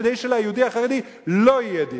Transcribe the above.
כדי שליהודי החרדי לא תהיה דירה.